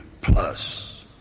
plus